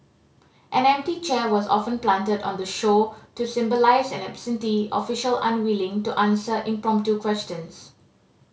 an empty chair was often planted on the show to symbolise an absentee official unwilling to answer impromptu questions